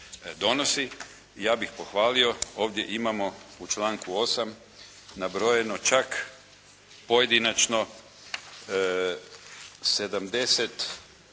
donosi. Ja bih pohvalio, ovdje imamo u članku 8. nabrojeno čak pojedinačno 70,